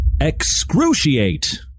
excruciate